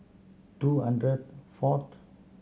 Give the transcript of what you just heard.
two hundred fourth